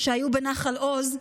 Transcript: שהיו בנחל עוז,